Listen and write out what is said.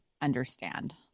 understand